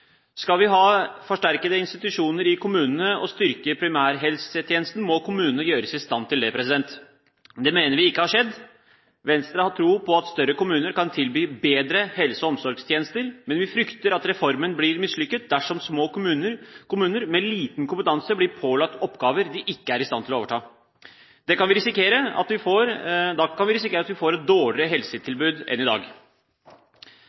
Skal vi ha forsterkede institusjoner i kommunene og styrke primærhelsetjenesten, må kommunene gjøres i stand til det. Det mener vi ikke har skjedd. Venstre har tro på at større kommuner kan tilby bedre helse- og omsorgstjenester, men vi frykter at reformen blir mislykket dersom små kommuner, kommuner med liten kompetanse, blir pålagt oppgaver de ikke er i stand til å overta. Da kan vi risikere at vi får et dårligere